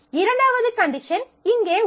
இரண்டாவது கண்டிஷன் இங்கே உள்ளது